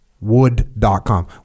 Wood.com